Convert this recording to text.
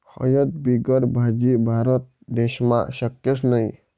हयद बिगर भाजी? भारत देशमा शक्यच नही